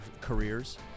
careers